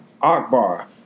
Akbar